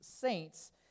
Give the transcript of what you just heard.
saints